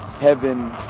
heaven